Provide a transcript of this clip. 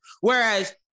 Whereas